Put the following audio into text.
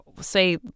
say